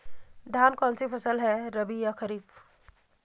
धान कौन सी फसल है रबी या खरीफ?